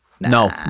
No